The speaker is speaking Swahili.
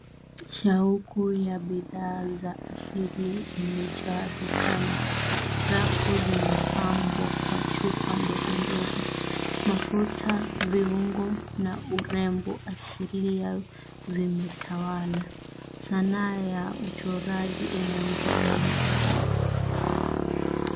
Shauku ya bidhaa za asili imejaa dukani. Rafu zimepambwa kwa chupa ndogo ndogo. Mafuta, viungo na urembo asilia vimetawala. Sanaa ya uchoraji imeongeza mvuto.